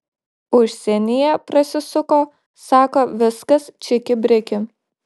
užsienyje prasisuko sako viskas čiki briki